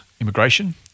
immigration